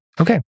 Okay